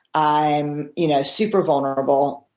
i'm you know super vulnerable,